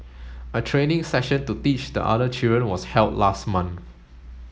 a training session to teach the other children was held last month